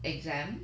exam